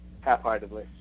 half-heartedly